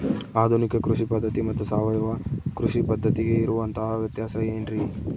ಆಧುನಿಕ ಕೃಷಿ ಪದ್ಧತಿ ಮತ್ತು ಸಾವಯವ ಕೃಷಿ ಪದ್ಧತಿಗೆ ಇರುವಂತಂಹ ವ್ಯತ್ಯಾಸ ಏನ್ರಿ?